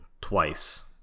twice